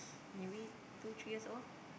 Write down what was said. maybe two three years old